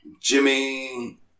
Jimmy